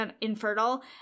infertile